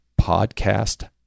podcast